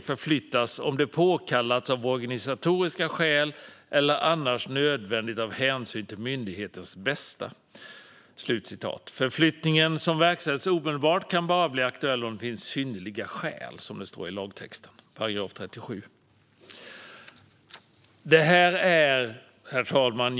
förflyttas om det påkallats av organisatoriska skäl eller om det annars är nödvändigt med hänsyn till myndighetens bästa. Förflyttning som verkställs omedelbart kan bara bli aktuell om det finns synnerliga skäl, står det i lagtextens 37 §. Herr talman!